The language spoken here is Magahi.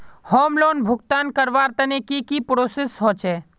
होम लोन भुगतान करवार तने की की प्रोसेस होचे?